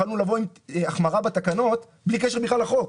יכולנו לבוא עם החברה בתקנות בלי קשר בכלל לחוק,